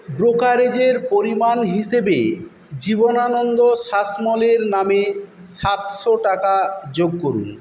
ব্রোকারেজের পরিমাণ হিসেবে জীবনানন্দ শাসমলের নামে সাতশো টাকা যোগ করুন